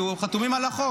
כי הם חתומים על החוק.